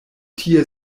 tie